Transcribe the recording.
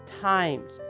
times